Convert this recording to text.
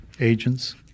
agents